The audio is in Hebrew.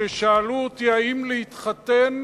ששאלו אותי אם להתחתן